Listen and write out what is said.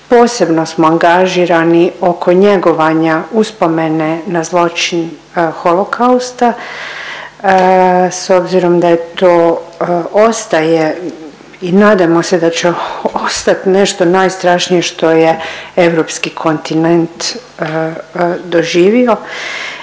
posebno smo angažirani oko njegovanja uspomene na zločin Holokausta s obzirom da je to, ostaje i nadajmo se da će ostat nešto najstrašnije što je europski kontinent doživio